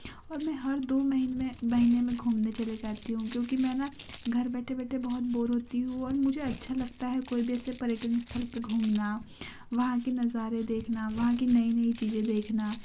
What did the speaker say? और मैं हर दो महीने में महीने में घूमने चले जाते हूँ क्योंकि मैं न घर बैठे बैठे बहुत बोर होती हूँ और मुझे अच्छा लगता है कोई वैसे पर्यटन स्थल पर घूमना वहाँ की नज़ारे देखना वहाँ की नई नई चीज़ें देखना